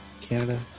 Canada